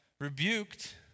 rebuked